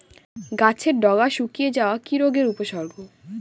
গাছের ডগা শুকিয়ে যাওয়া কি রোগের উপসর্গ?